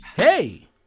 Hey